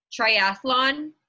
triathlon